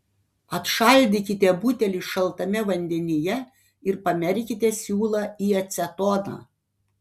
atšaldykite butelį šaltame vandenyje ir pamerkite siūlą į acetoną